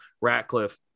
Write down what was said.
Ratcliffe